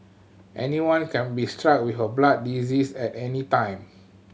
anyone can be struck with a blood disease at any time